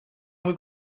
muy